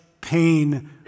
pain